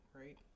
right